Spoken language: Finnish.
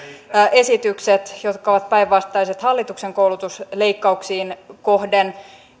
esitykset jotka ovat päinvastaiset hallituksen koulutusleikkauksiin kohden